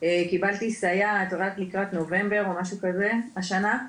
קיבלתי סייעת רק לקראת נובמבר או משהו כזה השנה,